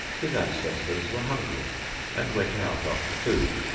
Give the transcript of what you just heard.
his ancestors were hungry and went out after food,